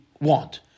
want